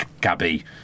Gabby